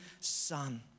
son